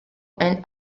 and